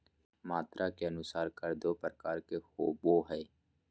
मात्रा के अनुसार कर दू प्रकार के होबो हइ